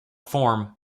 form